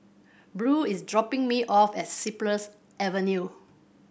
Beau is dropping me off at Cypress Avenue